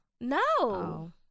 No